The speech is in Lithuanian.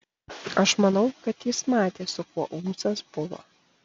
aš manau kad jis matė su kuo ūsas buvo